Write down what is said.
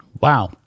Wow